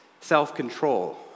self-control